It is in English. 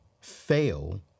fail